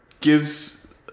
gives